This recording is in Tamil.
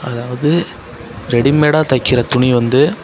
அதாவது ரெடிமேடாக தைக்கிற துணி வந்து